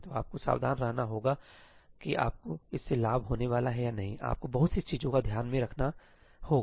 तो आपको सावधान रहना होगा आप जानते हैं कि आपको इससे लाभ होने वाला है या नहीं आपको बहुत सी चीजों को ध्यान में रखना होगा